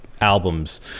albums